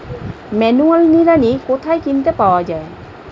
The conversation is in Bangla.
ম্যানুয়াল নিড়ানি কোথায় কিনতে পাওয়া যায়?